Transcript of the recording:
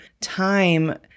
time